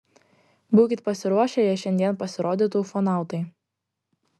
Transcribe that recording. būkit pasiruošę jei šiandien pasirodytų ufonautai